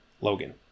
logan